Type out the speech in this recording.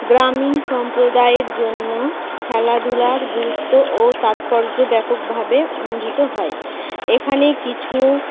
গ্রামীণ সম্প্রদায়ের জন্য খেলাধূলার গুরুত্ব ও তাৎপর্য ব্যাপকভাবে অনুভাবিত হয় এখানে কিছু